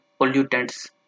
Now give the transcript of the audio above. pollutants